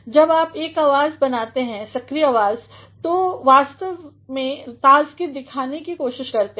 जब आप एक वाक्य बनाते हैं सक्रीय आवाज़ में आप वास्तव में ताज़गी दिखाने की कोशिश करते हैं